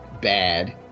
bad